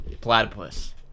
Platypus